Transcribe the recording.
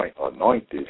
anointed